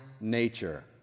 nature